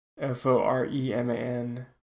F-O-R-E-M-A-N